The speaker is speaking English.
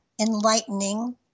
enlightening